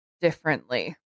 differently